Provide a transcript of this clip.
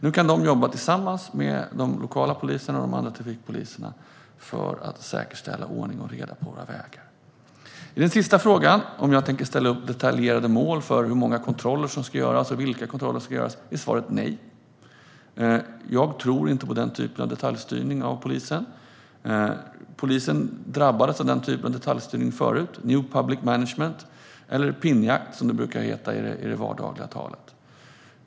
Nu kan de jobba tillsammans med de lokala poliserna och de andra trafikpoliserna för att säkerställa ordning och reda på våra vägar. Vad gäller den sista frågan, om jag tänker ställa upp detaljerade mål för hur många - och vilka - kontroller som ska göras, är svaret nej. Jag tror inte på den typen av detaljstyrning av polisen. Polisen drabbades tidigare av denna typ av detaljstyrning - new public management, eller pinnjakt, som det brukar heta i det vardagliga talet.